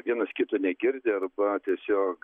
vienas kito negirdi arba tiesiog